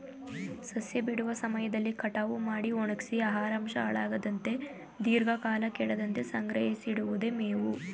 ಸಸ್ಯ ಬಿಡುವ ಸಮಯದಲ್ಲಿ ಕಟಾವು ಮಾಡಿ ಒಣಗ್ಸಿ ಆಹಾರಾಂಶ ಹಾಳಾಗದಂತೆ ದೀರ್ಘಕಾಲ ಕೆಡದಂತೆ ಸಂಗ್ರಹಿಸಿಡಿವುದೆ ಮೇವು